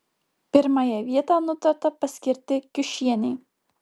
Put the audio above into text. pirmąją vietą nutarta paskirti kiušienei